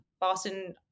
Boston